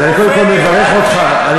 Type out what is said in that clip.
אז אני קודם כול מברך אותך, רופא גריאטרי.